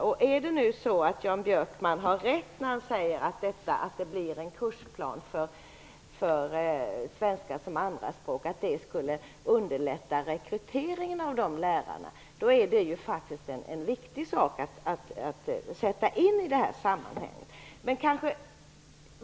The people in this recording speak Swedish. Om det nu är så att Jan Björkman har rätt när han säger att en kursplan för svenska som andraspråk underlättar rekryteringen av de lärarna, är det ju en viktig sak att sätta in i det här sammanhanget.